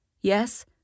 Yes